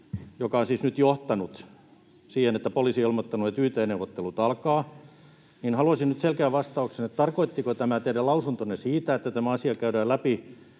joka on siis nyt johtanut siihen, että poliisi on ilmoittanut, että yt-neuvottelut alkavat, niin haluaisin nyt selkeän vastauksen, tarkoittiko tämä teidän lausuntonne siitä, että tämä asia käydään läpi